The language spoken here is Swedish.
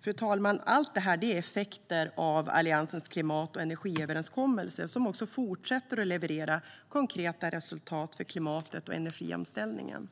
Fru talman! Allt detta är effekter av Alliansens klimat och energiöverenskommelse som fortsätter att leverera konkreta resultat för klimatet och energiomställningen.